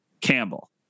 Campbell